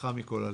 בהצלחה מכל הלב.